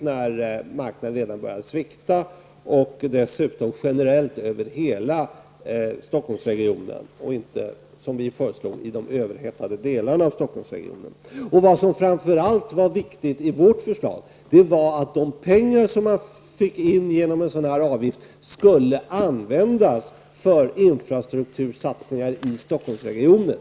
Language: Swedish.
Marknaden hade redan börjat svikta. Dessutom gällde det generellt hela Stockholmsregionen och inte som vi föreslog de överhettade delarna av Stockholmsregionen. Vad som framför allt var viktigt i vårt förslag var att de pengar som kom in genom avgiften skulle användas för infrastruktursatsningar i Stockholmsregionen.